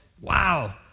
wow